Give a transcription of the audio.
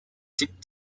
tip